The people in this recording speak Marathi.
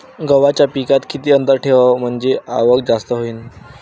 गव्हाच्या पिकात किती अंतर ठेवाव म्हनजे आवक जास्त होईन?